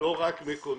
לא רק מקומית,